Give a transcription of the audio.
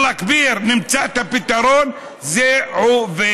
אללה כביר, נמצא את הפתרון, זה עובד.